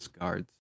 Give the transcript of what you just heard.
guards